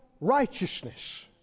righteousness